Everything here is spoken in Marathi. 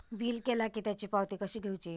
बिल केला की त्याची पावती कशी घेऊची?